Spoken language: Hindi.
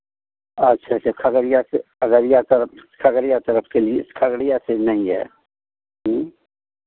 आच्छा अच्छा खगड़िया से खगड़िया तरफ खगड़िया तरफ के लिए खगड़िया से नहीं है